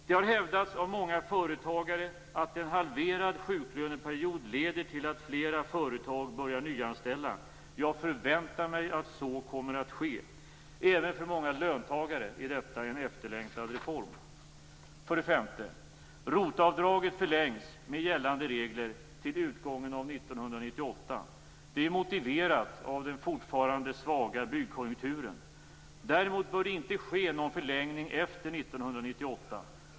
Det har hävdats av många företagare att en halverad sjuklöneperiod leder till att flera företag börjar nyanställa. Jag förväntar mig att så kommer att ske. Även för många löntagare är detta en efterlängtad reform. För det femte: ROT-avdraget förlängs med gällande regler till utgången av 1998. Det är motiverat av den fortfarande svaga byggkonjunkturen. Däremot bör det inte ske någon förlängning efter 1998.